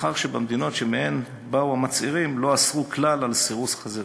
מאחר שבמדינות שמהן באו המצהירים לא אסרו כלל את סירוס חזירים.